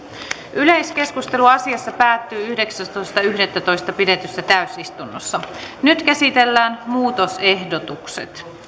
yleiskeskustelu asiasta päättyi yhdeksästoista yhdettätoista kaksituhattaviisitoista pidetyssä täysistunnossa nyt käsitellään muutosehdotukset